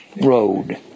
road